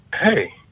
hey